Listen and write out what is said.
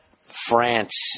France